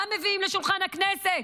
מה מביאים לשולחן הכנסת?